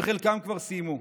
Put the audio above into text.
וחלקם כבר סיימו.